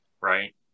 Right